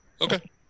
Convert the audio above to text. okay